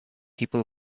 people